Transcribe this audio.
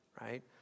right